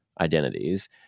identities